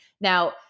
Now